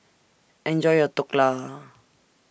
Enjoy your Dhokla